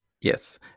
Yes